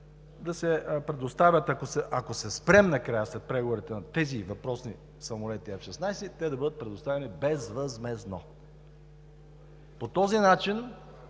да се предоставят, ако накрая след преговорите се спрем на тези въпросни самолети F-16, те да бъдат предоставени безвъзмездно. По този начин